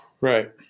Right